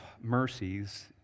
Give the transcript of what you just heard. mercies